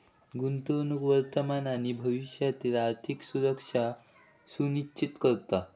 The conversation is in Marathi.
गुंतवणूक वर्तमान आणि भविष्यातील आर्थिक सुरक्षा सुनिश्चित करता